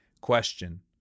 Question